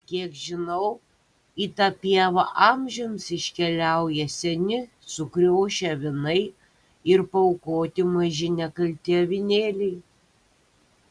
kiek žinau į tą pievą amžiams iškeliauja seni sukriošę avinai ir paaukoti maži nekalti avinėliai